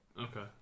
Okay